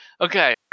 Okay